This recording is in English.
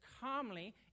calmly